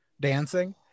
dancing